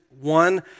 one